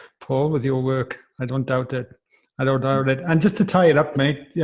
paul with your work. i don't doubt that i don't doubt it. and just to tie it up, mate. yeah.